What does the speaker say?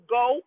go